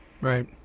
Right